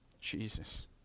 Jesus